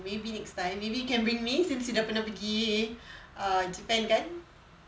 maybe next time maybe you can bring me since you dah pernah pergi err japan kan